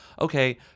okay